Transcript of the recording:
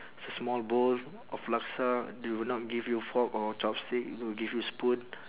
it's a small bowl of laksa they will not give you fork or chopstick they will give you spoon